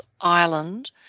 Ireland